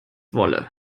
wolle